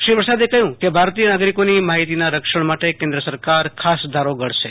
શ્રી પ્રસાદે કહ્યુ કે ભારતીય નાગરિકોની માહિતીના રક્ષણ માટે કેન્દ્ર સરકાર ખાસ ધારો ઘડશે